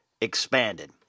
...expanded